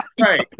right